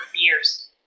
years